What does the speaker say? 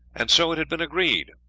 and so it had been agreed,